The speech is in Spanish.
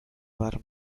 bar